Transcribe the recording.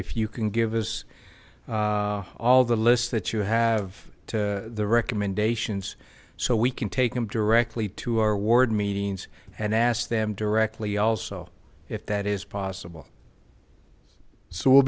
if you can give us all the list that you have to the recommendations so we can take them directly to our ward meetings and ask them directly also if that is possible so w